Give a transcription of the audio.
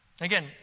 Again